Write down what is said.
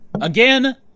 Again